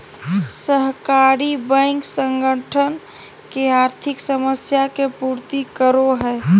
सहकारी बैंक संगठन के आर्थिक समस्या के पूर्ति करो हइ